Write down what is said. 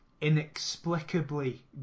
inexplicably